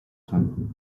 tym